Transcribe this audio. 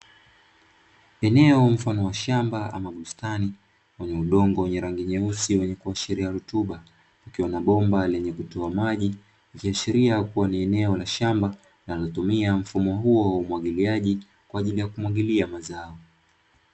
Eneo mfano wa shamba ama bustani lenye udongo wenye rangi nyeusi yenye kuashiria rutuba, kukiwa na bomba lenye kutoa maji ikiashiria kua ni eneo la shamba linalotumia mfumo huo wa umwagiliaji kwa ajili ya kumwagilia mazao.